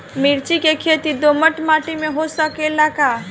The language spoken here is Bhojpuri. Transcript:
मिर्चा के खेती दोमट माटी में हो सकेला का?